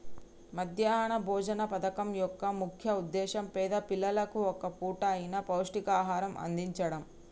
మధ్యాహ్న భోజన పథకం యొక్క ముఖ్య ఉద్దేశ్యం పేద పిల్లలకు ఒక్క పూట అయిన పౌష్టికాహారం అందిచడం